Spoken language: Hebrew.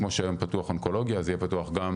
כמו שהיום פתוח אונקולוגיה אז יהיה פתוח גם